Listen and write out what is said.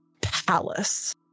palace